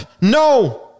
No